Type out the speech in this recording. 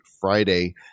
Friday